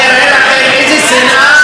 אני אראה לכם איזה שנאה